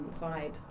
vibe